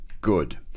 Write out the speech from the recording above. good